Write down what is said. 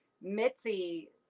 Mitzi